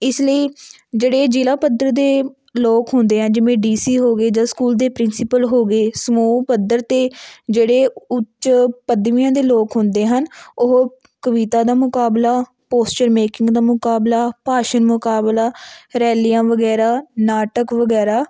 ਇਸ ਲਈ ਜਿਹੜੇ ਜ਼ਿਲ੍ਹਾ ਪੱਧਰ ਦੇ ਲੋਕ ਹੁੰਦੇ ਆ ਜਿਵੇਂ ਡੀ ਸੀ ਹੋ ਗਏ ਜਾਂ ਸਕੂਲ ਦੇ ਪ੍ਰਿੰਸੀਪਲ ਹੋ ਗਏ ਸਮੂਹ ਪੱਧਰ 'ਤੇ ਜਿਹੜੇ ਉੱਚ ਪਦਵੀਆਂ ਦੇ ਲੋਕ ਹੁੰਦੇ ਹਨ ਉਹ ਕਵਿਤਾ ਦਾ ਮੁਕਾਬਲਾ ਪੋਸਚਰ ਮੇਕਿੰਗ ਦਾ ਮੁਕਾਬਲਾ ਭਾਸ਼ਣ ਮੁਕਾਬਲਾ ਰੈਲੀਆਂ ਵਗੈਰਾ ਨਾਟਕ ਵਗੈਰਾ